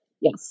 yes